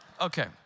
Okay